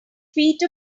feet